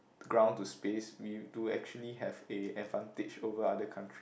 ground to space we do actually have a advantage over other country